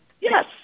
yes